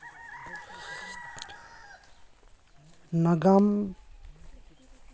ᱱᱟᱜᱟᱢ